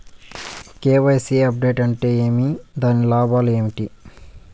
KYC update అంటే ఏమి? దాని లాభాలు ఏమేమి?